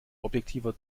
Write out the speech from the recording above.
objektiver